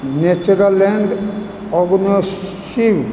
Natureland Organics